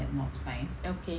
okay